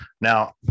Now